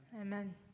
Amen